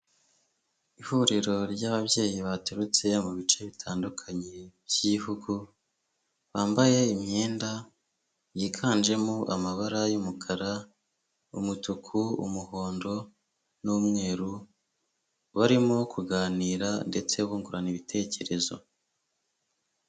Ihuriro ry'ababyeyi baturutse mu bice bitandukanye by'igihugu, bambaye imyenda yiganjemo amabara y'umukara, umutuku, umuhondo n'umweru, barimo kuganira ndetse bungurana ibitekerezo.